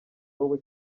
wowe